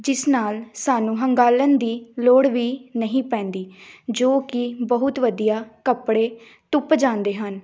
ਜਿਸ ਨਾਲ ਸਾਨੂੰ ਹੰਘਾਲਣ ਦੀ ਲੋੜ ਵੀ ਨਹੀਂ ਪੈਂਦੀ ਜੋ ਕਿ ਬਹੁਤ ਵਧੀਆ ਕੱਪੜੇ ਧੁਪ ਜਾਂਦੇ ਹਨ